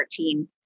2014